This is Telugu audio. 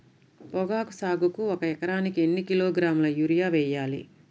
పొగాకు సాగుకు ఒక ఎకరానికి ఎన్ని కిలోగ్రాముల యూరియా వేయాలి?